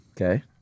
Okay